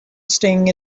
staying